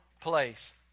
place